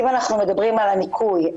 אם אנחנו מדברים על הניכוי,